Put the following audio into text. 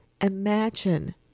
imagine